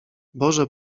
boże